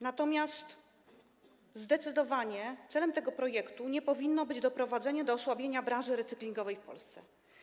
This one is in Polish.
Natomiast zdecydowanie celem tego projektu nie powinno być doprowadzenie do osłabienia branży recyklingowej w Polsce.